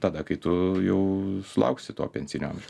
tada kai tu jau sulauksi to pensinio amžiaus